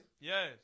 Yes